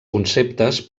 conceptes